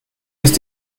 ist